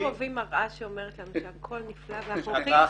רק אוהבים מראה שאומרת לנו שהכול נפלא והכול בסדר.